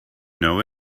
know